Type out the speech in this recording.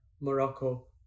Morocco